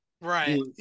Right